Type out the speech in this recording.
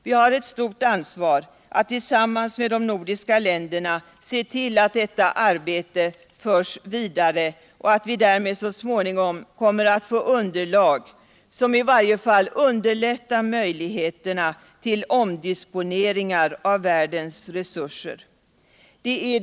Vi har eu stort ansvar av tillsammans med de nordiska länderna se till att detta arbete förs vidare och att vi därmed så småningom får ett underlag, som i varje fall underlättar möjigheterna till omdisponceringar av världens resurser.